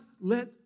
let